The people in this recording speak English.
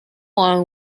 one